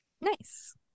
Nice